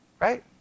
Right